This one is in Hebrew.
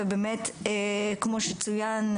ובאמת כמו שצוין,